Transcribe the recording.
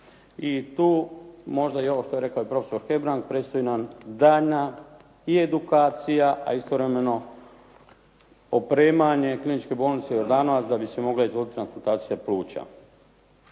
I tu možda i ovo što je rekao i profesor Hebrang, predstoji nam daljnja i edukacija, a istovremeno opremanje Kliničke bolnice Jordanovac da bi se mogla izvodit transplantacija pluća.